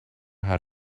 how